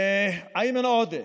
לאיימן עודה,